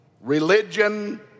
religion